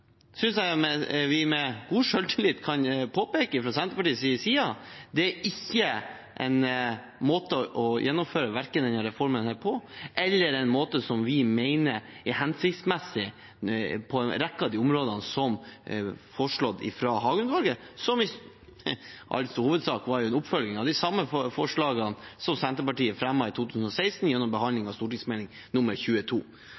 synes jeg vi med god selvtillit kan påpeke fra Senterpartiets side. Det er ikke en måte å gjennomføre verken denne reformen på, eller en måte vi mener er hensiktsmessig for en rekke av de områdene som er foreslått av Hagen-utvalget, som i all hovedsak var en oppfølging av de samme forslagene Senterpartiet fremmet i 2016 gjennom behandling av Meld. St. 22